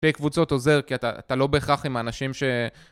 קבוצות עוזר, כי אתה לא בהכרח עם אנשים ש...